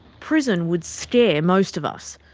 prison would scare most of us,